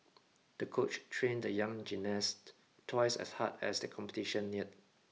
the coach trained the young gymnast twice as hard as the competition neared